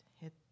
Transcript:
hit